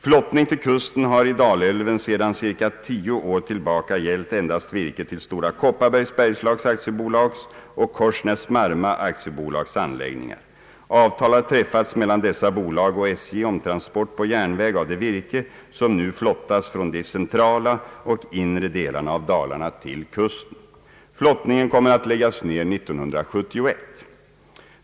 Flottning till kusten har i Dalälven sedan ca tio år tillbaka gällt endast virke till Stora Kopparbergs Bergslags AB:s och Korsnäs-Marma AB:s anläggningar. Avtal har träffats mellan dessa bolag och SJ om transport på järnväg av det virke som nu flottas från de centrala och inre delarna av Dalarna till kusten. Flottningen kommer att läggas ned år 1971.